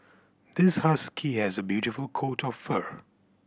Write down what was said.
this husky has a beautiful coat of fur